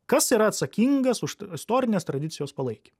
kas yra atsakingas už istorinės tradicijos palaikymą